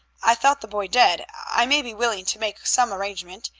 i thought the boy dead. i may be willing to make some arrangement.